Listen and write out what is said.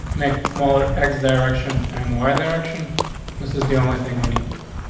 make it smaller eggs direction. and why direction this is the only thing we need to do.